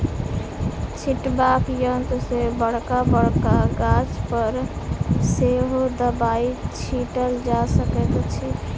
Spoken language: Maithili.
छिटबाक यंत्र सॅ बड़का बड़का गाछ पर सेहो दबाई छिटल जा सकैत अछि